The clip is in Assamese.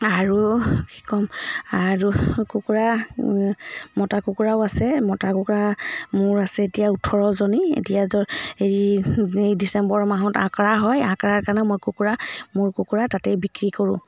আৰু কি ক'ম আৰু কুকুৰা মতা কুকুৰাও আছে মতা কুকুৰা মোৰ আছে এতিয়া ওঠৰজনী এতিয়া য'ত হেৰি ডিচেম্বৰ মাহত আঁকৰা হয় আঁকাৰ কাৰণে মই কুকুৰা মোৰ কুকুৰা তাতেই বিক্ৰী কৰোঁ